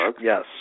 yes